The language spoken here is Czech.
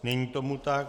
Není tomu tak.